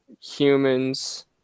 humans